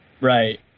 Right